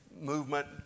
movement